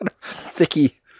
Sticky